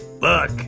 look